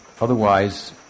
otherwise